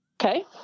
Okay